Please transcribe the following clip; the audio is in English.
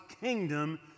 kingdom